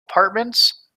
apartments